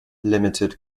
limited